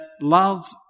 love